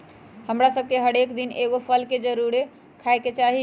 हमरा सभके हरेक दिन एगो फल के जरुरे खाय के चाही